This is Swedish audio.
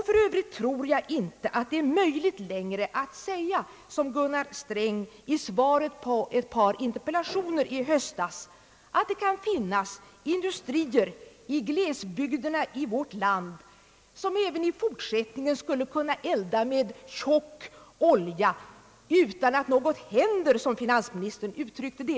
För övrigt tror jag inte att det är möjligt längre att säga som Gunnar Sträng i svaret på ett par interpellationer i höstas, att det kan finnas industrier i vårt lands glesbygder där man även i fortsättningen skulle kunna elda med tjock olja »utan att något händer», som finansministern uttryckte det.